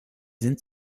sind